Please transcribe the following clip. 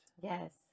Yes